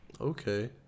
Okay